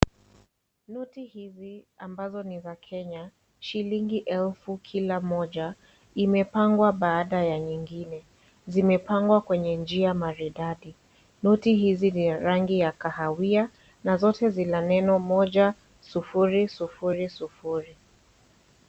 Noti hizi ambazo ni za Kenya, shilingi elfu kila moja imepangwa baada ya nyingine. Zimepangwa kwenye njia maridadi. Noti hizi ni rangi ya kahawia na zote zina neno moja, sufuri, sufuri, sufuri.